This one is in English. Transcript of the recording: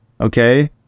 okay